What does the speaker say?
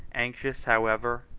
anxious, however,